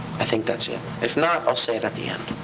i think that's it. if not, i'll say it at the end.